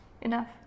enough